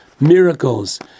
miracles